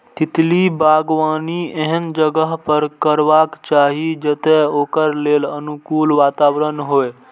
तितली बागबानी एहन जगह पर करबाक चाही, जतय ओकरा लेल अनुकूल वातावरण होइ